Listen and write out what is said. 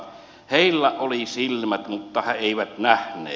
heillä oli silmät mutta he eivät nähneet